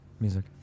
music